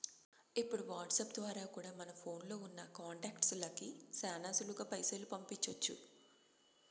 ఇప్పుడు వాట్సాప్ ద్వారా కూడా మన ఫోన్లో ఉన్నా కాంటాక్ట్స్ లకి శానా సులువుగా పైసలు పంపించొచ్చు